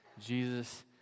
Jesus